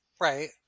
Right